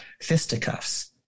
fisticuffs